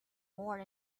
more